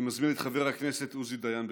אני מזמין את חבר הכנסת עוזי דיין.